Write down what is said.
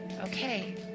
okay